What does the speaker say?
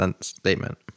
statement